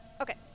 Okay